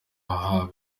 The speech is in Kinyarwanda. haba